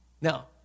Now